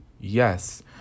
yes